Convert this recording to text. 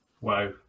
Wow